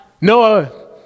Noah